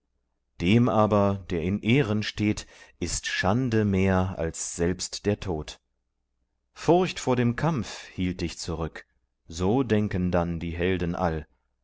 dem aber der in ehren steht ist schande mehr als selbst der tod furcht vor dem kampf hielt dich zurück so denken dann die helden all